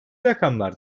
rakamlar